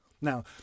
Now